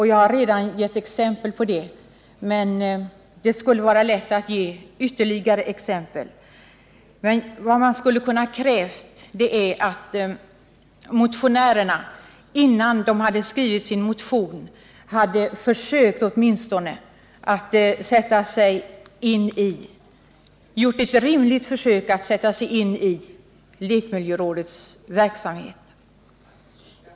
Jag har redan gett exempel på det, och det skulle vara lätt att ge ytterligare exempel. Vad man skulle ha kunnat kräva vore att motionärerna, innan de skrev sin motion, åtminstone hade gjort ett rimligt försök att sätta sig in i lekmiljörådets verksamhet.